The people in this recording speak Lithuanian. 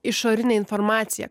išorinę informaciją